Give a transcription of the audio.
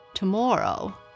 Tomorrow